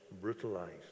brutalized